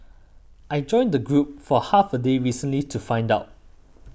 I joined the group for half a day recently to find out